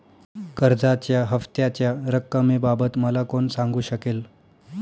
कर्जाच्या हफ्त्याच्या रक्कमेबाबत मला कोण सांगू शकेल?